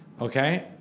Okay